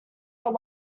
are